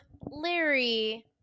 Larry